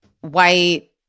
white